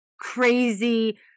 crazy